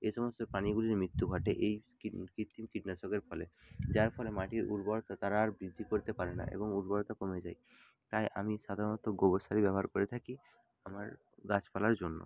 এই সমস্ত প্রাণীগুলির মৃত্যু ঘটে এই কৃত্রিম কীটনাশকের ফলে যার ফলে মাটির উর্বরতা তারা আর বৃদ্ধি করতে পারে না এবং উর্বরতা কমে যায় তাই আমি সাধারণত গোবর সারই ব্যবহার করে থাকি আমার গাছপালার জন্য